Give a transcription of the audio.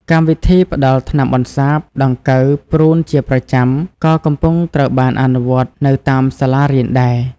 កម្មវិធីផ្តល់ថ្នាំបន្សាបដង្កូវព្រូនជាប្រចាំ ក៏កំពុងត្រូវបានអនុវត្តនៅតាមសាលារៀនដែរ។